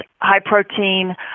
high-protein